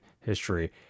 history